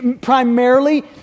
Primarily